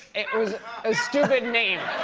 it was a stupid name.